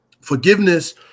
forgiveness